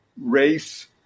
race